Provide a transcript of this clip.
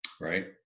right